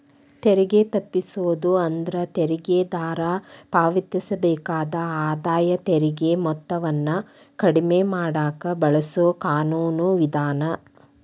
ತೆರಿಗೆ ತಪ್ಪಿಸೋದು ಅಂದ್ರ ತೆರಿಗೆದಾರ ಪಾವತಿಸಬೇಕಾದ ಆದಾಯ ತೆರಿಗೆ ಮೊತ್ತವನ್ನ ಕಡಿಮೆ ಮಾಡಕ ಬಳಸೊ ಕಾನೂನು ವಿಧಾನ